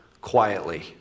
quietly